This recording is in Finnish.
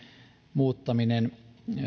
muuttaminen